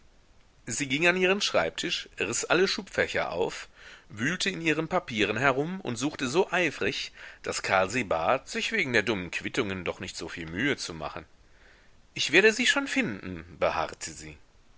sie ging an ihren schreibtisch riß alle schubfächer auf wühlte in ihren papieren herum und suchte so eifrig daß karl sie bat sich wegen der dummen quittungen doch nicht soviel mühe zu machen ich werde sie schon finden beharrte sie